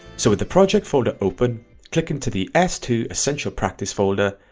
so with the project folder open click into the s two essential practice folder,